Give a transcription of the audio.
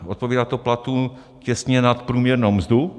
Odpovídá to platu těsně nad průměrnou mzdu.